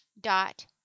dot